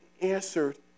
answered